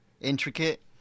intricate